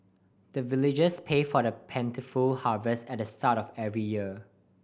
the villagers pay for plentiful harvest at the start of every year